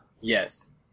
Yes